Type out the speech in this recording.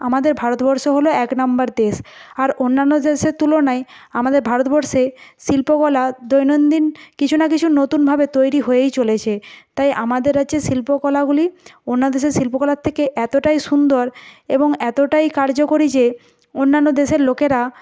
আমাদের ভারতবর্ষ হল এক নম্বর দেশ আর অন্যান্য দেশের তুলনায় আমাদের ভারতবর্ষে শিল্পকলা দৈনন্দিন কিছু না কিছু নতুনভাবে তৈরি হয়েই চলেছে তাই আমাদের রাজ্যের শিল্পকলাগুলি অন্য দেশের শিল্পকলার থেকে এতটাই সুন্দর এবং এতটাই কার্যকরী যে অন্যান্য দেশের লোকেরা